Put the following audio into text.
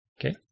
Okay